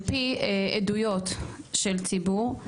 על פי עדויות של ציבור,